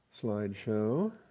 slideshow